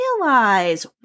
realize